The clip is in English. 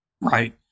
right